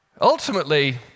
Ultimately